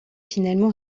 finalement